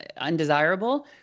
undesirable